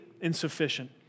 insufficient